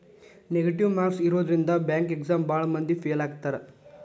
negative marks ಇರೋದ್ರಿಂದ bank exam ಭಾಳ್ ಮಂದಿ ಫೇಲ್ ಆಗ್ತಾರಾ